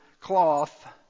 cloth